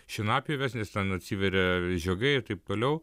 šienapjoves nes ten atsiveria žiogai ir taip toliau